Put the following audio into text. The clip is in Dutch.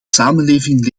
samenleving